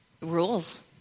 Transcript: rules